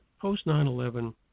post-9-11